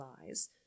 lies